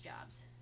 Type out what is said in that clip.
jobs